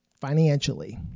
financially